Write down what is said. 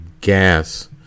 gas